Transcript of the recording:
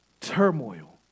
turmoil